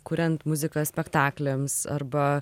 kuriant muziką spektakliams arba